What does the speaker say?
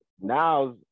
Now